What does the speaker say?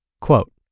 Quote